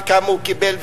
וכמה הוא קיבל,